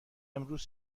امروز